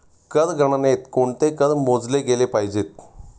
कर गणनेत कोणते कर मोजले गेले पाहिजेत?